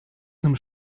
zum